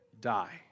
die